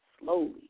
slowly